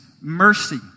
mercy